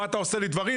מה אתה עושה לי דברים,